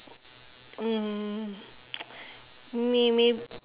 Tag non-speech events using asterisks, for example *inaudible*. mm *noise* may may